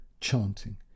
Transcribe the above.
chanting